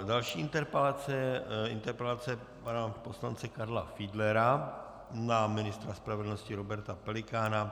Další interpelace je interpelace pana poslance Karla Fiedlera na ministra spravedlnosti Roberta Pelikána.